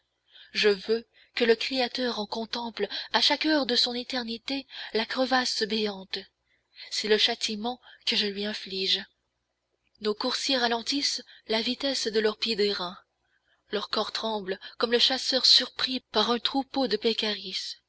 je veux que le créateur en contemple à chaque heure de son éternité la crevasse béante c'est le châtiment que je lui inflige nos coursiers ralentissent la vitesse de leurs pieds d'airain leurs corps tremblent comme le chasseur surpris par un troupeau de peccaris